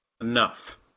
Enough